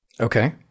okay